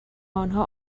آنها